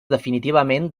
definitivament